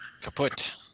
Kaput